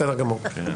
בסדר גמור.